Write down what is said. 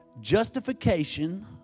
justification